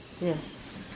Yes